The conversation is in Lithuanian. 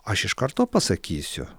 aš iš karto pasakysiu